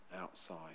outside